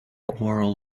quarrel